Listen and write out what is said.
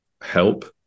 help